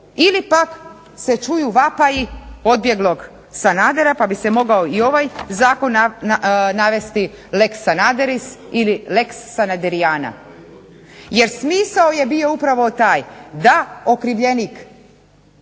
ili pak se čuju vapaji odbjeglog Sanadera pa bi se mogao i ovaj zakon navesti les sanaderis ili lex sanaderijana. Jer smisao je bio upravo taj da okrivljenik